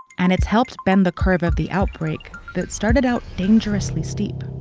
and it's helped bend the curve of the outbreak that started out dangerously steep.